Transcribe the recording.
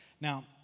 Now